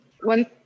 one